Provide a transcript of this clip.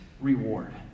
reward